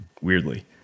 Weirdly